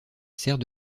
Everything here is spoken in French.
sert